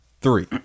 three